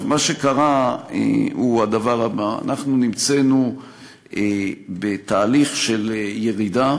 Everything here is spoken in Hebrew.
מה שקרה הוא הדבר הבא: אנחנו נמצאנו בתהליך של ירידה.